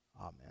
Amen